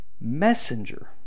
messenger